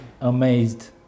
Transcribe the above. amazed